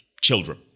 children